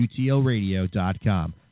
utlradio.com